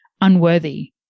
unworthy